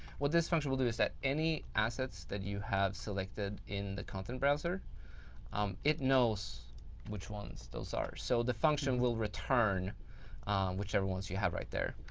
what this function will do is that any assets that you have selected in the content browser um it knows which ones those are. so, the function will return whichever ones you have right there.